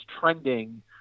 trending –